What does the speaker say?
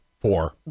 Four